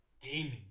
Gaming